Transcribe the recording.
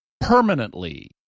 permanently